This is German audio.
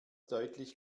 deutlich